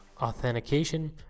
authentication